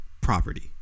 property